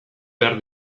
behar